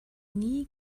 nie